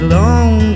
long